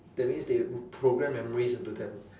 that means they will program memories into them